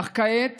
אך כעת